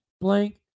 blank